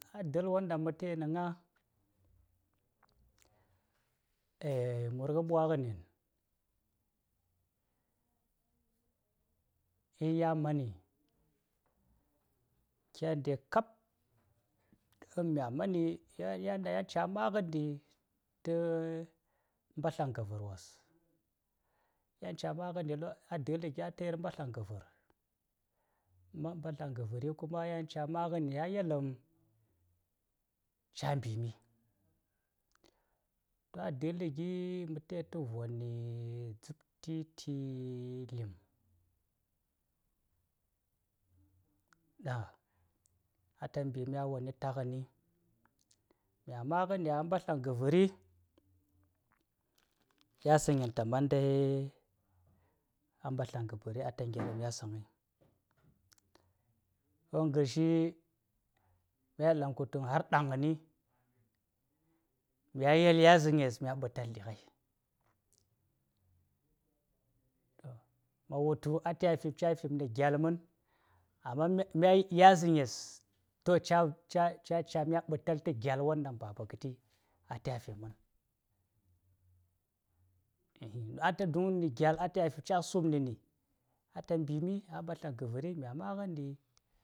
﻿ A del won ɗaŋ ma tayi na ŋa murgh bwaganen. in ya mani, kyan de kab, in mya mani, yan-yan-yan dan cigha magaɗi ta mbạslaŋ gavar wos, yan cigha maganɗi, a dhli gi yaŋ ka yir mbạslạŋ gavar, man mbạslaŋ gavar, kuma yan cigha maganɗi ya yelhm, ca mbimi. To a dhli gi mh tayit vọni dzup-slịti lim, a ta mbimi a woni tagani, migha maganɗi a mbạslaŋ gavari, yasaŋen ta man ndai gha mbạslaŋ gavar a ta ŋerhim yasaŋi. To nghrshi, mya yel dan kutuŋ har daŋni, mya yel yasaŋes, mya ɓitalɗi ghai. Ma wultu a ta ya fi, cafin na gyal man, amma, mya yel yasaŋes, to ca-ca-ca ca: mya ɓital ta gyal won daŋ Baba gati a taya fin man don a tayi tu na gya:l a taya fi, casum nani a taya mbimi a mbaslaŋ gavari, mya maganɗi